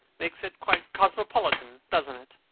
makes it quite cosmopolitan, doesn't it?